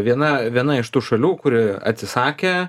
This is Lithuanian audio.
viena viena iš tų šalių kuri atsisakė